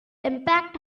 impact